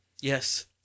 Yes